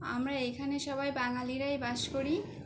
আমরা এইখানে সবাই বাঙালিরাই বাস করি